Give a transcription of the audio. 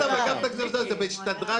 היית באגף תקציבים והשתדרגת.